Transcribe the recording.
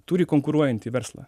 turi konkuruojantį verslą